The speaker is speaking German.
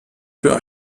für